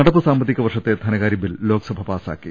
നടപ്പ് സാമ്പത്തിക വർഷത്തെ ധന്കാരൃ ബിൽ ലോക്സഭ പാസാക്കി